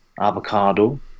avocado